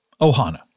Ohana